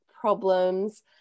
problems